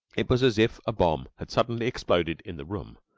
it was as if a bomb had suddenly exploded in the room.